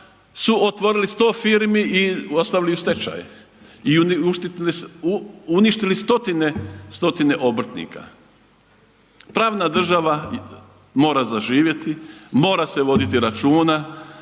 su otvorili 100 firmi i ostavili u stečaj i uništili stotine obrtnika. Pravna država mora zaživjeti, mora se voditi računa